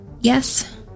Yes